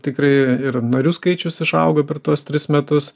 tikrai ir narių skaičius išaugo per tuos tris metus